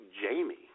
Jamie